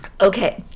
Okay